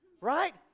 right